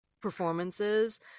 performances